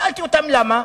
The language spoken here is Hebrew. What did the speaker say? שאלתי: למה?